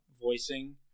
voicing